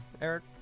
Eric